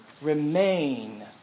remain